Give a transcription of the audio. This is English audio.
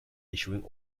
issuing